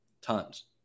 tons